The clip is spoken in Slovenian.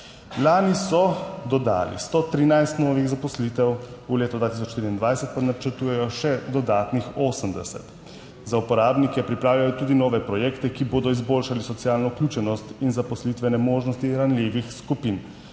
Lani so dodali 113 novih zaposlitev, v letu 2024 pa načrtujejo še dodatnih 80. Za uporabnike pripravljajo tudi nove projekte, ki bodo izboljšali socialno vključenost in zaposlitvene možnosti ranljivih skupin.